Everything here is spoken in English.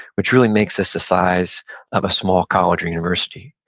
which really makes us the size of a small college or university.